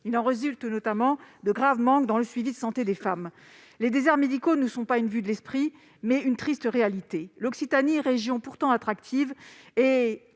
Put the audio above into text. Il en résulte notamment de graves manques dans le suivi de santé des femmes. Les déserts médicaux ne sont pas une vue de l'esprit ; ils sont une triste réalité. L'Occitanie, région pourtant attractive, est